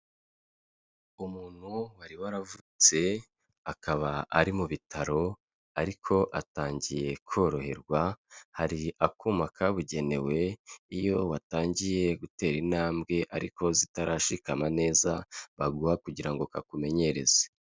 Umuntu wari waravunitse, akaba ari mu bitaro, ariko atangiye koroherwa, hari akuma kabugenewe, iyo watangiye gutera intambwe ariko zitarashikama neza, baguha kugira ngo kakumenyereze.